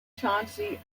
chauncey